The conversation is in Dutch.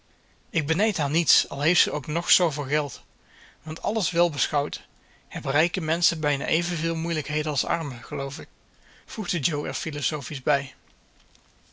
ik benijd haar niets al heeft ze ook nog zooveel geld want alles wel beschouwd hebben rijke menschen bijna evenveel moeilijkheden als arme geloof ik voegde jo er philosofisch bij